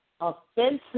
offensive